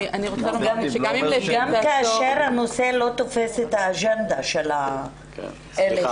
גם כאשר הנושא לא תופס את האג'נדה של אלה שאוספים את הנתונים.